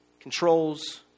Controls